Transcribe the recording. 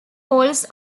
walls